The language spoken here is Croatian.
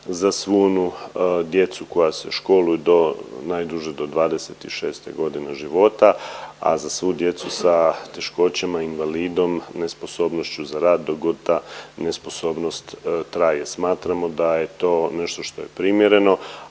za svu onu djecu koja se školuju do, najduže do 26. g. života, a za svu djecu sa teškoćama i invalidom, nesposobnošću za rad, dok god ta nesposobnost traje. Smatramo da je to nešto što je primjereno,